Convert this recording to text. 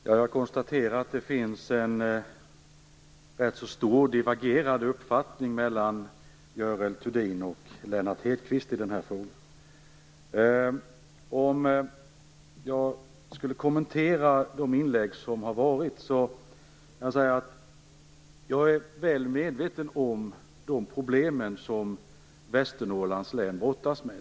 Herr talman! Jag konstaterar att Görel Thurdin och Lennart Hedquist har rätt så divergerande uppfattningar i den här frågan. För att kommentera de inlägg som gjorts kan jag säga följande. Jag är väl medveten om de problem som Västernorrlands län brottas med.